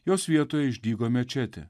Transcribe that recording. jos vietoje išdygo mečetė